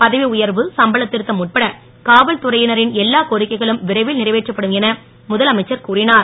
பதவி உயர்வு சம்பளத் ருத்தம் உட்பட காவல்துறை னரின் எல்லா கோரிக்கைகளும் விரைவில் றைவேற்றப்படும் என முதலமைச்சர் கூறினுர்